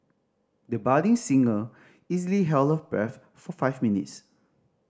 the budding singer easily held her breath for five minutes